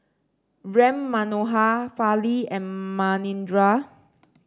Ram Manohar Fali and Manindra